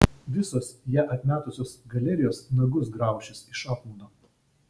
visos ją atmetusios galerijos nagus graušis iš apmaudo